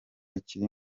kiri